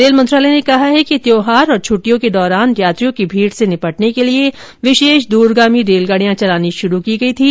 rail मंत्रालय ने कहा है कि त्यौहार और छुट्टियों के दौरान यात्रियों की भीड़ से निपटने के लिए विशेष द्रगामी रेलगाडियां चलानी शुरू की गई थीं